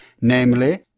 Namely